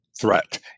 threat